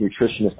nutritionist